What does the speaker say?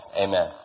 Amen